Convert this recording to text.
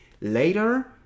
later